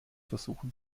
versuchen